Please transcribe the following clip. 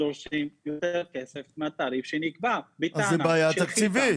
דורשים יותר כסף מהתעריף שנקבע בטענה --- אז זו בעיה תקציבית.